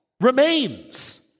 remains